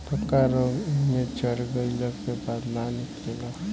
पक्का रंग एइमे चढ़ गईला के बाद ना निकले ला